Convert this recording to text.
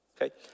okay